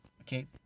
okay